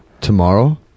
tomorrow